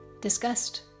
disgust